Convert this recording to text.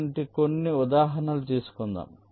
ఇలాంటి కొన్ని ఉదాహరణలు తీసుకుందాం